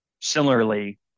similarly